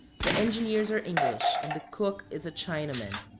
the engineers are english, and the cook is a chinaman.